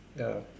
ya